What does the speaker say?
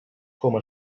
coma